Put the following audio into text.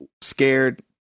scared